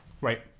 Right